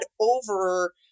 over